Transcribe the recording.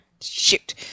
Shoot